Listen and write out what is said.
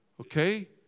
Okay